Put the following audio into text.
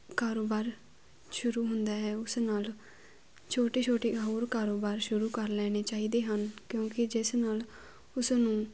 ਕਾਰੋਬਾਰ ਸ਼ੁਰੂ ਹੁੰਦਾ ਹੈ ਉਸ ਨਾਲ ਛੋਟੇ ਛੋਟੇ ਹੋਰ ਕਾਰੋਬਾਰ ਸ਼ੁਰੂ ਕਰ ਲੈਣੇ ਚਾਹੀਦੇ ਹਨ ਕਿਉਂਕਿ ਜਿਸ ਨਾਲ ਉਸਨੂੰ